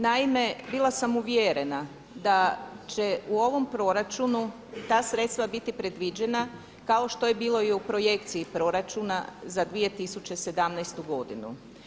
Naime, bila sam uvjerena da će u ovom proračunu ta sredstva biti predviđena kao što je bilo i u projekciji proračuna za 2017. godinu.